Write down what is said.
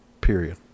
Period